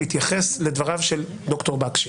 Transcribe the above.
להתייחס לדבריו של ד"ר בקשי,